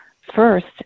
First